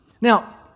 Now